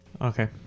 Okay